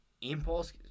Impulse